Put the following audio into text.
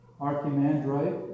Archimandrite